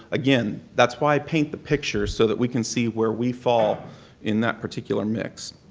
again, that's why i paint the picture, so that we can see where we fall in that particular mix.